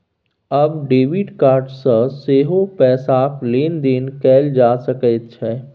आब debit card सँ सेहो पैसाक लेन देन कैल जा सकैत छै